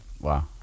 Wow